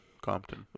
Compton